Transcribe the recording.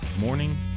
morning